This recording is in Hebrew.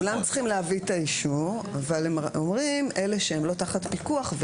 כולם צריכים להביא את האישור אבל הם אומרים שאלה שהם לא תחת פיקוח,